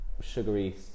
sugary